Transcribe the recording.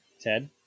Ted